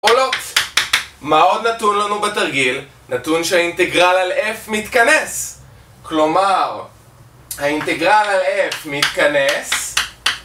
או לא, מה עוד נתון לנו בתרגיל? נתון שהאינטגרל על F מתכנס. כלומר, האינטגרל על F מתכנס...